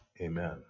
Amen